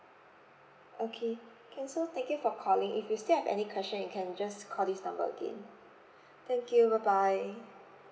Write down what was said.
okay can so thank you for calling if you still have any question you can just call this number again thank you bye bye